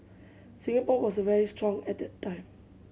Singapore was very strong at that time